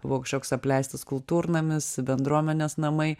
buvo kažkoks apleistas kultūrnamis bendruomenės namai